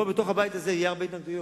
פה, בתוך הבית הזה, יהיו הרבה התנגדויות,